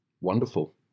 wonderful